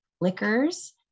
liquors